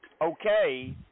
okay